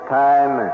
time